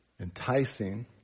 enticing